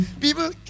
People